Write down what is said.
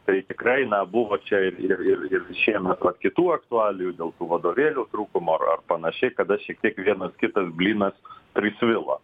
tai tikrai buvo čia ir ir ir ir šiemet vat kitų aktualijų dėl tų vadovėlių trūkumo ar ar panašiai kada šiek tiek vienas kitas blynas prisvilo